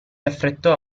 affrettò